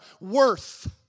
worth